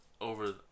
over